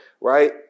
right